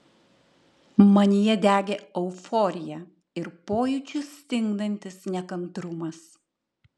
manyje degė euforija ir pojūčius stingdantis nekantrumas